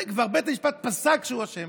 בית המשפט פסק שהוא אשם,